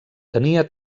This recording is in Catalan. tenia